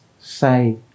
say